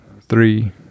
three